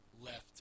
left